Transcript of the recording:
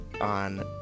on